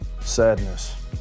Sadness